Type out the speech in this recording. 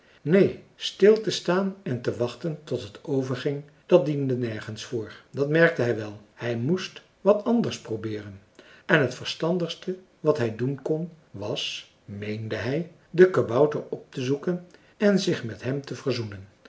neen stil te staan en te wachten tot het overging dat diende nergens voor dat merkte hij wel hij moest wat anders probeeren en het verstandigste wat hij doen kon was meende hij den kabouter op te zoeken en zich met hem te verzoenen